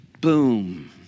Boom